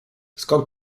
skąd